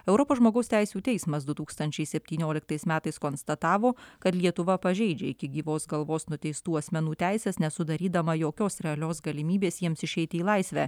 europos žmogaus teisių teismas du tūkstančiai septynioliktais metais konstatavo kad lietuva pažeidžia iki gyvos galvos nuteistų asmenų teises nesudarydama jokios realios galimybės jiems išeiti į laisvę